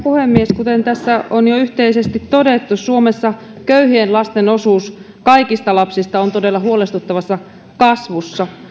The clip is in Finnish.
puhemies kuten tässä on jo yhteisesti todettu suomessa köyhien lasten osuus kaikista lapsista on todella huolestuttavassa kasvussa